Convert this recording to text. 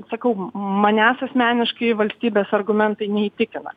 sakau manęs asmeniškai valstybės argumentai neįtikina